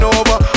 over